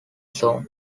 song